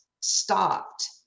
stopped